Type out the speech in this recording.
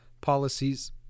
policies